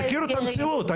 אבל תכירו את המציאות,